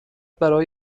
برای